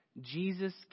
Jesus